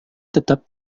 tetap